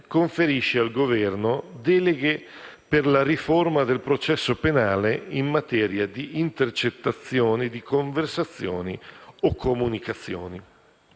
conferisce al Governo deleghe per la riforma del processo penale, in materia di intercettazioni di conversazioni o comunicazioni,